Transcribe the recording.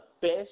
best